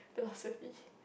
philosophy